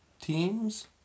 teams